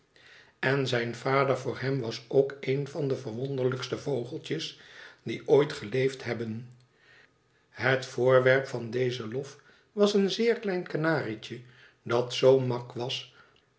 en zijn vader voor hem was ook een van de verwonderlijkste vogeltjes die ooit geleefd hebben het voorwerp van dezen lof was een zeer klein kanarietje dat zoo mak was